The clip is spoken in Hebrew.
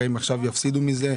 הרי הם עכשיו יפסידו על זה,